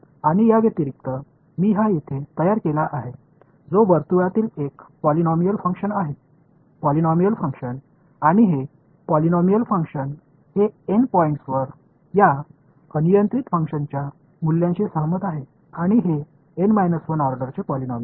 அதிலிருந்து நான் இந்த பையனை இங்கே உருவாக்கியுள்ளேன் இது வட்டத்தில் ஒரு பாலினாமியல் ஃபங்ஷன் என்பது ஒரு பாலினாமியல் ஃபங்ஷன் மற்றும் இந்த பாலினாமியல் ஃபங்ஷன் இது N புள்ளிகளில் இந்த தன்னிச்சையான செயல்பாட்டின் மதிப்பை ஒப்புக்கொள்கிறது மற்றும் இது வரிசை N 1 இன் பாலினாமியல்